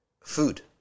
Food